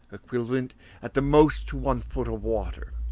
equivalent at the most to one foot of water.